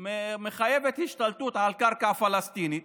מחייבת השתלטות על קרקע פלסטינית,